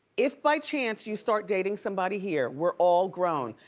if by chance you start dating somebody here, we're all grown.